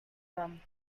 them